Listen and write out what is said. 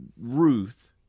Ruth